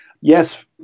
yes